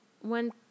one